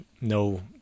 no